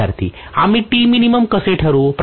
विद्यार्थी आम्ही कसे ठरवू